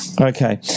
Okay